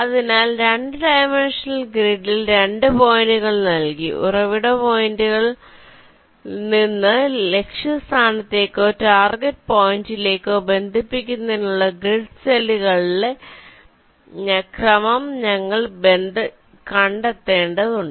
അതിനാൽ 2 ഡൈമൻഷണൽ ഗ്രിഡിൽ 2 പോയിന്റുകൾ നൽകി ഉറവിട പോയിന്റിൽ നിന്ന് ലക്ഷ്യസ്ഥാനത്തേക്കോ ടാർഗെറ്റ് പോയിന്റിലേക്കോ ബന്ധിപ്പിക്കുന്നതിനുള്ള ഗ്രിഡ് സെല്ലുകളുടെ ക്രമം ഞങ്ങൾ കണ്ടെത്തേണ്ടതുണ്ട്